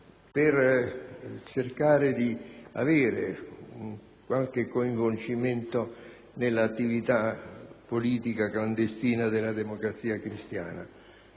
per cercare di avere un qualche coinvolgimento nell'attività politica clandestina della Democrazia cristiana.